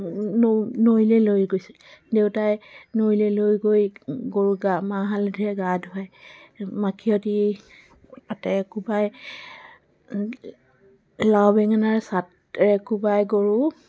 নৈ নৈলে লৈ গৈছিলে দেউতাই নৈলে লৈ গৈ গৰু গা মাহ হালধিৰে গা ধোৱাই মাখিয়তি পাতে কোবাই লাও বেঙেনা ছাটেৰে কোবাই গৰু